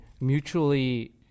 mutually